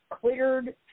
cleared